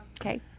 Okay